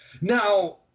Now